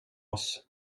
oss